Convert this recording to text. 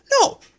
No